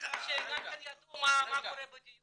שהם גם כן ידעו מה קורה בדיון הזה.